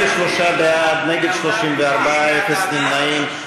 43 בעד, נגד, 34, אפס נמנעים.